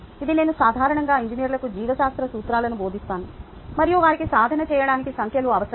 ఇది నేను సాధారణంగా ఇంజనీర్లకు జీవశాస్త్ర సూత్రాలను బోధిస్తాను మరియు వారికి సాధన చేయడానికి సంఖ్యలు అవసరం